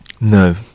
No